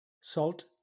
salt